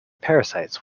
parasites